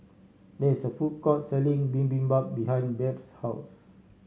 there is a food court selling Bibimbap behind Beth's house